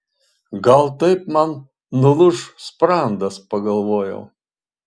gal taip man nulūš sprandas pagalvojau